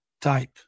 type